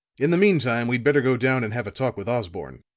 in the mean time we'd better go down and have a talk with osborne.